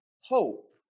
hope